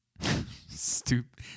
stupid